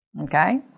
Okay